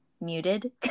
Muted